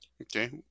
Okay